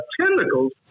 tentacles